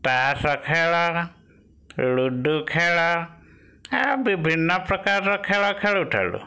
ତାସଖେଳ ଲୁଡ଼ୁଖେଳ ବିଭିନ୍ନ ପ୍ରକାରର ଖେଳ ଖେଳୁଥେଲୁ